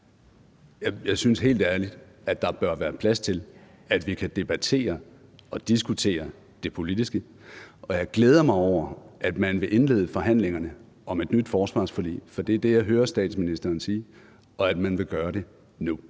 Jeg synes helt ærligt, at der bør være plads til, at vi kan debattere og diskutere det politiske, og jeg glæder mig over, at man vil indlede forhandlingerne om et nyt forsvarsforlig – for det er det, jeg hører statsministeren sige – og at man vil gøre det nu.